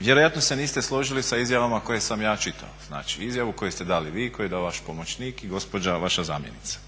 Vjerojatno se niste složili sa izjavama koje sam ja čitao, znači izjavu koju ste dali vi koju je dao vaš pomoćnik i gospođa vaša zamjenica.